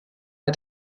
der